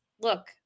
Look